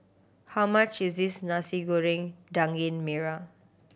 how much is this Nasi Goreng Daging Merah